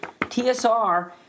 TSR